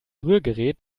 rührgerät